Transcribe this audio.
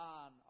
on